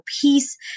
peace